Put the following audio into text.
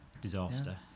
disaster